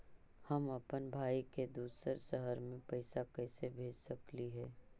हम अप्पन भाई के दूसर शहर में पैसा कैसे भेज सकली हे?